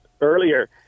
earlier